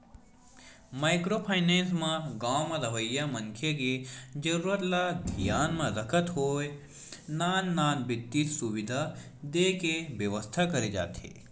micro finance म गाँव म रहवइया मनखे के जरुरत ल धियान म रखत होय नान नान बित्तीय सुबिधा देय के बेवस्था करे जाथे